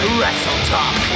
WrestleTalk